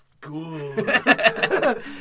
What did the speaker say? Good